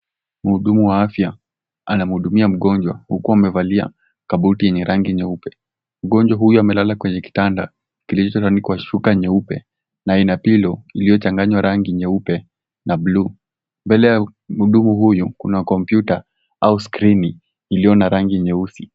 Mhudumu wa afya anamhudumia mgonjwa huku amevalia kabuti yenye rangi nyeupe mgonjwa huyu amelala kwenye kitanda kilichotandikwa shuka nyeupe na ina pilo iliyochanganywa rangi nyeupe na buluu mbele ya mhudumu huyu kuna kompyuta au skrini iliyo na rangi nyeusi.